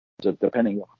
depending